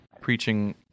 preaching